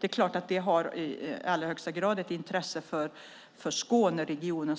Det är i allra högsta grad av intresse för Skåneregionen.